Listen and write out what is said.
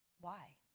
why?